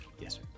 Yes